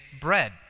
bread